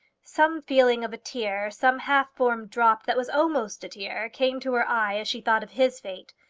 some feeling of a tear, some half-formed drop that was almost a tear, came to her eye as she thought of his fate.